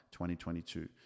2022